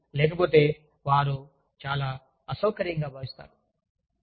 కాబట్టి లేకపోతే వారు చాలా అసౌకర్యంగా భావిస్తారు